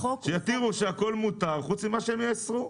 שיתירו שהכול מותר חוץ ממה שהם יאסרו.